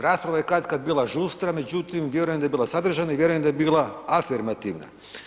Rasprava je katkad bila žustra, međutim, vjerujem da je bila sadržajna i vjerujem da je bila afirmativna.